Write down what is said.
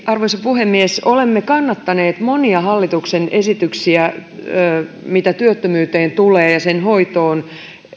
arvoisa puhemies olemme kannattaneet monia hallituksen esityksiä mitä tulee työttömyyteen ja sen hoitoon